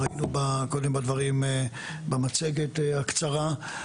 ראינו קודם בדברים, במצגת הקצרה.